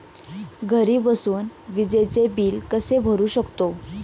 घरी बसून विजेचे बिल कसे भरू शकतो?